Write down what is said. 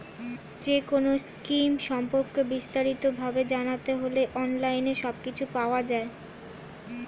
যেকোনো স্কিম সম্পর্কে বিস্তারিত ভাবে জানতে হলে অনলাইনে সবকিছু পাওয়া যায়